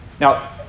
Now